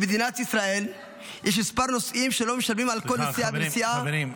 במדינת ישראל יש כמה נוסעים שלא משלמים על כל נסיעה ונסיעה --- חברים,